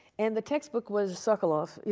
and the textbook was sokolov, you